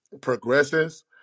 progresses